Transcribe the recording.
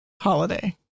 holiday